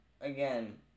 again